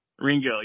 Ringo